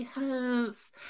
yes